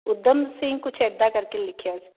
ਉਧਮ ਸਿੰਘ ਕੁਝ ਇਦਾਂ ਕਰਕੇ ਲਿਖਿਆ